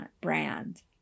brand